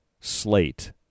slate